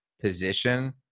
position